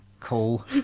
cool